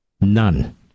None